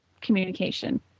communication